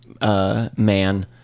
man